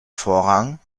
vorrang